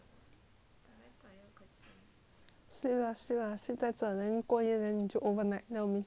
sleep lah sleep lah 现在只能过夜 then 你就 overnight then 我明天换床单